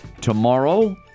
tomorrow